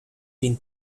been